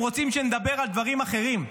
הם רוצים שנדבר על דברים אחרים.